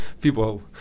People